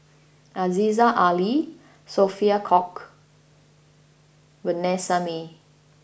Aziza Ali Sophia Cooke Vanessa Mae